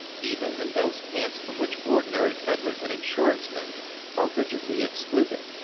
even in those camps from which ordinary peddlers and insurance men are rigidly excluded.